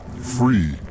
free